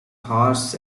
harsh